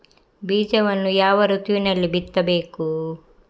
ಬೀಜವನ್ನು ಯಾವ ಋತುವಿನಲ್ಲಿ ಬಿತ್ತಬೇಕು?